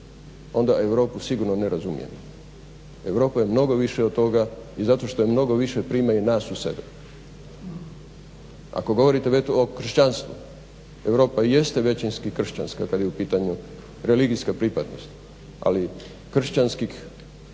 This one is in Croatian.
onda Europu sigurno ne razumijem. Europa je mnogo više od toga. I zato što mnogo više prima nas u sebe. Ako govorite o kršćanstvu, Europa jeste većinski kršćanska kad je u pitanju religijska pripadnost. Ali kršćanskih